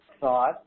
thought